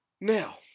now